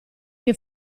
che